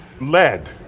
Lead